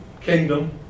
kingdom